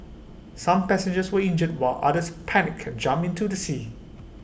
some passengers were injured while others panicked and jumped into the sea